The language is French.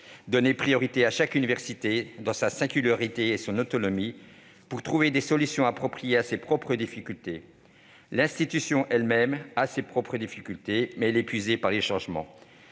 Donnez priorité à chaque université, dans sa singularité et son autonomie, pour trouver des solutions appropriées à ses propres difficultés. L'institution elle-même a ses propres difficultés, mais elle est épuisée par les changements.